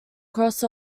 cross